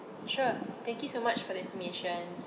sure thank you so much for the information